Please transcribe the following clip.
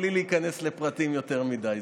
בלי להיכנס לפרטים יותר מדי,